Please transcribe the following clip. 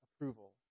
approval